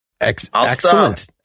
Excellent